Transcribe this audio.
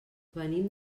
venim